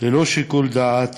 ללא שיקול דעת